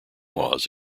laws